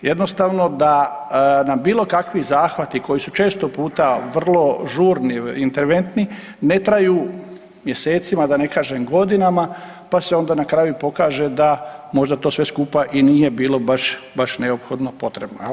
Jednostavno da nam bilo kakvi zahvati koji su često puta vrlo žurni interventni ne traju mjesecima da ne kažem godinama pa se onda na kraju pokaže da možda to sve skupa i nije bilo baš neophodno potrebno jel.